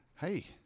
Hey